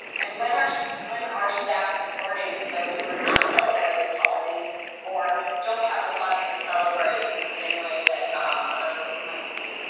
and when are when are staff supporting those who are not celebrating holidays or don't have the funds to celebrate in the same way that other folks might be?